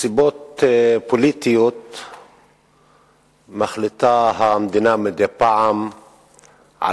מסיבות פוליטיות מחליטה המדינה מדי פעם על